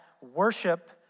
worship